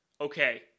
okay